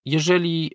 Jeżeli